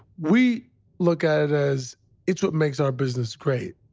we look at it as it's what makes our business great,